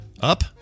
up